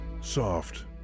soft